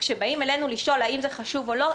כשבאים אלינו לשאול האם זה חשוב או לא,